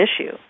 issue